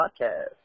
podcast